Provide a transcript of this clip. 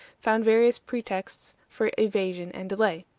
found various pretexts for evasion and delay.